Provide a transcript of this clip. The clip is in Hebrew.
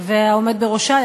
והעומד בראשה,